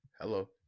hello